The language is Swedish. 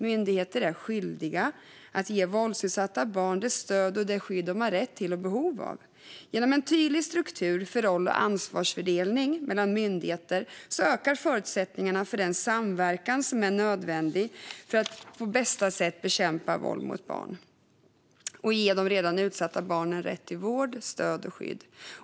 Myndigheter är skyldiga att ge våldsutsatta barn det stöd och det skydd de har rätt till och behov av. Genom en tydlig struktur för roll och ansvarsfördelning mellan myndigheter ökar förutsättningarna för den samverkan som är nödvändig för att på bästa sätt bekämpa våld mot barn och ge de redan utsatta barnen rätt till vård, stöd och skydd.